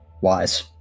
wise